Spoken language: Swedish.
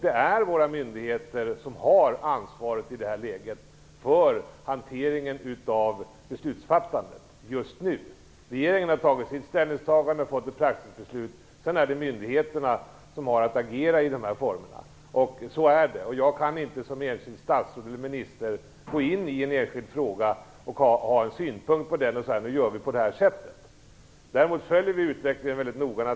Det är våra myndigheter som har ansvaret för beslutsfattandet i det här läget. Regeringen har gjort sitt ställningstagande och fått ett praxisbeslut. Sedan är det myndigheterna som har att agera i dessa former. Så är det. Jag kan inte som enskilt statsråd eller minister gå in i en enskild fråga och ha synpunkter på den och tala om hur vi skall göra. Däremot följer vi naturligtvis utvecklingen mycket noga.